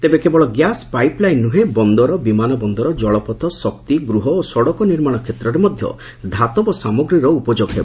ତେବେ କେବଳ gas pipeline ନୁହେଁ ବନ୍ଦର ବିମାନ ବନ୍ଦର ଜଳପଥ ଶକ୍ତି ଗୃହ ଓ ସଡ଼କ ନିର୍ମାଶ କ୍ଷେତ୍ରରେ ମଧ୍ଧ ଧାତବ ସାମଗ୍ରୀର ଉପଯୋଗ ହେବ